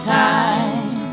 time